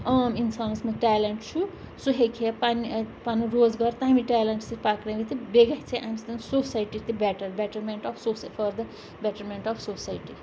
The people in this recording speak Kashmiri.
عام اِنسانس منٛز ٹیلنٛٹ چھُ سُہ ہیٚکہِ ہے پَنٛنہِ پَنُن روزگار تَمہِ ٹٮ۪لنٛٹ سۭتۍ پکٲوِتھ تہٕ بیٚیہِ گژھِ ہے اَمہِ سۭتۍ سوسایٹی تہِ better betterment of so for the betterment of society